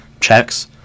checks